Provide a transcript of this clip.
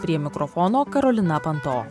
prie mikrofono karolina panto